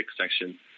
section